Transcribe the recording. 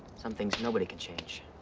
some things nobody can change.